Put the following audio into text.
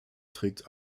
trägt